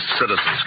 citizen's